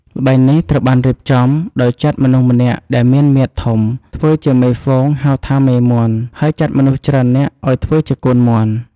ល្បែងនេះត្រូវបានរៀបចំដោយចាត់មនុស្សម្នាក់ដែលមានមាឌធំ ឲ្យធ្វើជាមេហ្វូង ហៅថា "មេមាន់" ហើយចាត់មនុស្សច្រើននាក់ឲ្យធ្វើជាកូនមាន់។